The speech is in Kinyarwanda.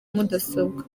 mudasobwa